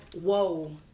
Whoa